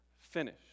finish